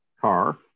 car